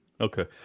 Okay